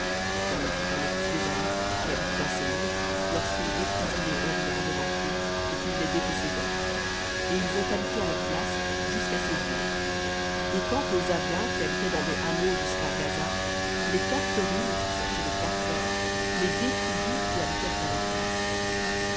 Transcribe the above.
comme il fit pour les fils d'ésaü qui habitent en séhir lorsqu'il détruisit les horiens devant eux et qu'ils les dépossédèrent et ils ont habité à leur place jusqu'à ce jour et quant aux avviens qui habitaient dans des hameaux jusqu'à gaza les caphtorim sortis de caphtor les détruisirent et habitèrent à leur place